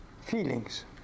feelings